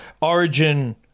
Origin